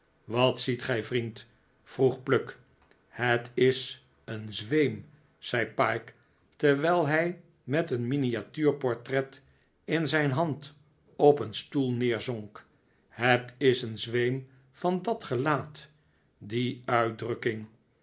wat ziet gij vriend vroeg pluck het is een zweem zei pyke terwijl hij met een miniatuurportret in zijh hand op een stoel neerzonk het is een zweem van dat geiaat die uitdrukking